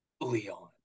Leon